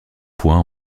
points